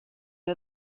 neu